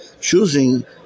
choosing